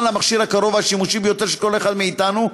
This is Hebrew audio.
למכשיר הקרוב והשימושי ביותר של כל אחד מאתנו,